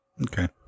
Okay